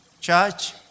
Church